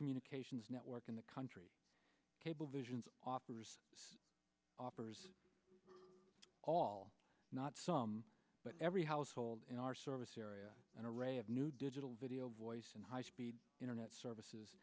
communications network in the country cablevision's offers offers all not some but every household in our service area an array of new digital video voice and high speed internet services